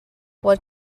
what